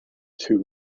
two